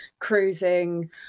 cruising